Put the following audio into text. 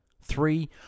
Three